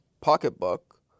pocketbook